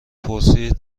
پرسید